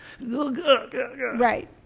right